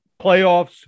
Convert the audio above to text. playoffs